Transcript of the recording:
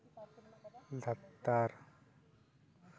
ᱞᱟᱛᱟᱨ